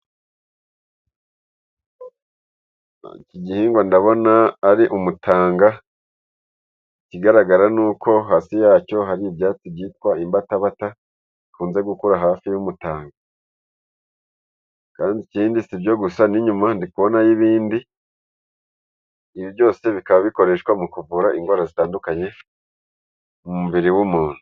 Iki igihingwa ndabona ari umutanga, ikigaragara ni uko hasi yacyo hari ibyatsi byitwa imbatabata bikunze gukura hafi y'umutanga, kandi ikindi sibyo gusa, n'inyuma ndikubona yo ibindi, ibi byose bikaba bikoreshwa mu kuvura indwara zitandukanye mu mubiri w'umuntu.